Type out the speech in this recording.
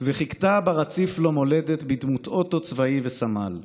/ וחיכתה ברציף לו מולדת / בדמות אוטו צבאי וסמל.